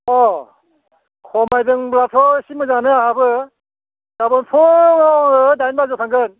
अह खमायदोंब्लाथ एसे मोजाङानो आंहाबो गाबोन फुङाव आङो दाइन बाजिआव थांगोन